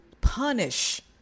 punish